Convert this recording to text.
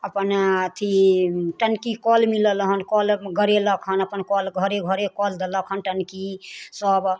अपन अथी टङ्की कल मिलल हन कल गरेलक हन अपन कल घरे घरे कल देलक हन टङ्की सब